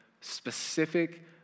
specific